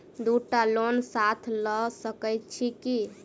दु टा लोन साथ लऽ सकैत छी की?